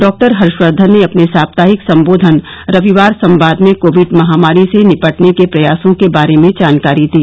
doctor Harshvardhan ने अपने साप्ताहिक संबोधन रविवार संवाद में कोविड महामारी से निपटने के प्रयासों के बारे में जानकारी दी